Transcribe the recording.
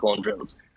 drills